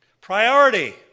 Priority